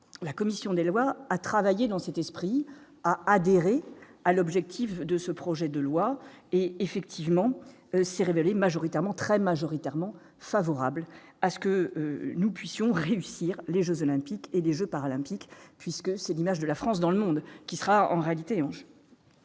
la commission des lois à travailler dans cette esprit à adhérer à l'objectif de ce projet de loi et effectivement s'est révélé majoritairement, très majoritairement favorables à ce que nous puissions réussir les Jeux olympiques et des Jeux paralympiques, puisque c'est l'image de la France dans le monde, qui sera en réalité. Les